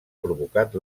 provocat